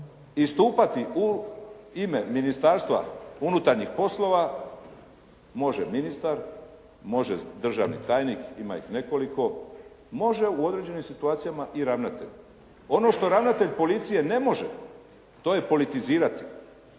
istupati u ime Ministarstva unutarnjih poslova može ministar, može državni tajnik ima ih nekoliko, može u određenim situacijama i ravnatelj. Ono što ravnatelj policije ne može, to je politizirati.